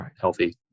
healthy